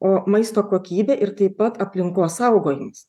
o maisto kokybė ir taip pat aplinkos saugojimas